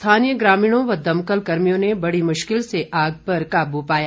स्थानीय ग्रामीणों व दमकल कर्मियों ने बड़ी मुश्किल से आग पर काबू पाया